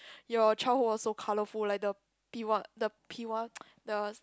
your childhood was so colourful like the P what the P what the